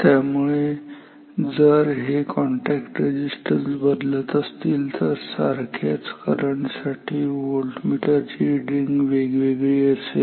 त्यामुळे जर हे कॉन्टॅक्ट रेझिस्टन्स बदलत असतील तर सारख्याच करंट साठी व्होल्टमीटर ची रिडींग वेगळी वेगळी असेल